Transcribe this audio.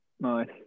nice